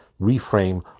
reframe